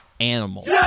animal